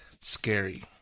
Scary